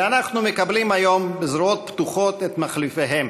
ואנחנו מקבלים היום בזרועות פתוחות את מחליפיהם.